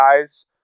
guys